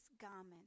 garment